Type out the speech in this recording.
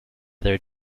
their